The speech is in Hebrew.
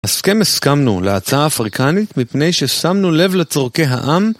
הסכם הסכמנו להצעה אפריקנית מפני ששמנו לב לצורכי העם